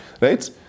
right